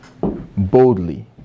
boldly